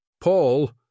Paul